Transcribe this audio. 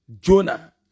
Jonah